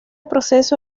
proceso